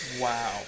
Wow